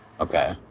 Okay